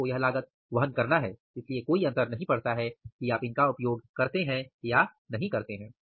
आपको यह लागत वहन करना है इसलिए कोई अंतर नहीं पड़ता है कि आप इनका उपयोग करते हैं या नहीं करते हैं